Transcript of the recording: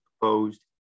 proposed